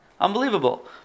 Unbelievable